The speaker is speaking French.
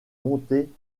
montée